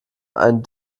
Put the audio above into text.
ein